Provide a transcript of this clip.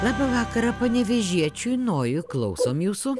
labą vakarą panevėžiečiui nojui klausom jūsų